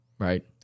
Right